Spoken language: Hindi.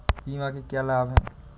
बीमा के क्या लाभ हैं?